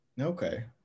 Okay